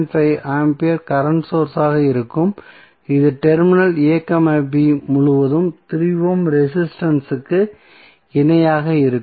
5 ampere current source ஆக இருக்கும் இது டெர்மினல் a b முழுவதும் 3 ஓம் ரெசிஸ்டன்ஸ் இற்கு இணையாக இருக்கும்